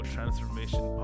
Transformation